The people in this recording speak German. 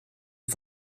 und